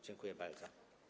Dziękuję bardzo.